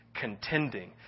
Contending